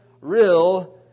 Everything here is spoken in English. real